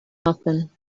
happen